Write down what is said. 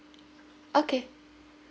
okay